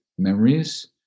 Memories